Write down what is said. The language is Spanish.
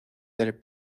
del